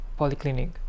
polyclinic